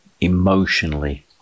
emotionally